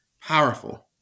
powerful